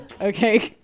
Okay